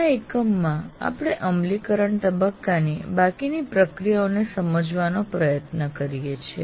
આ એકમમાં આપણે અમલીકરણના તબક્કાની બાકીની પ્રક્રિયાઓને સમજવાનો પ્રયત્ન કરીએ છીએ